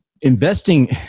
investing